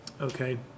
Okay